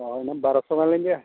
ᱦᱮᱸ ᱚᱱᱟ ᱵᱟᱨᱳᱥᱚ ᱜᱟᱱ ᱜᱮ